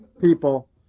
people